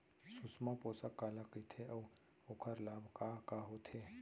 सुषमा पोसक काला कइथे अऊ ओखर लाभ का का होथे?